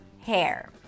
hair